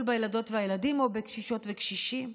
בילדות וילדים או בקשישות וקשישים,